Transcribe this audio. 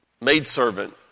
maidservant